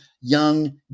young